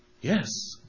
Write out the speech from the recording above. Yes